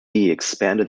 expanded